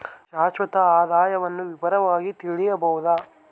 ಶಾಶ್ವತ ಆದಾಯವನ್ನು ವಿವರವಾಗಿ ತಿಳಿಯಬೊದು